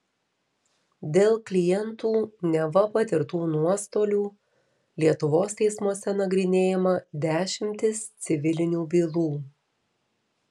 dėl klientų neva patirtų nuostolių lietuvos teismuose nagrinėjama dešimtys civilinių bylų